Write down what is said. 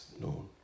Known